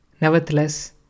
Nevertheless